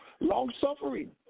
long-suffering